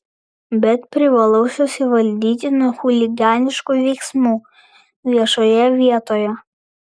bet privalau susivaldyti nuo chuliganiškų veiksmų viešoje vietoje